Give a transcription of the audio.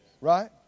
Right